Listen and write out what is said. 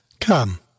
Come